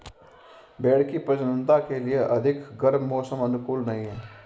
भेंड़ की प्रजननता के लिए अधिक गर्म मौसम अनुकूल नहीं है